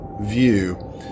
view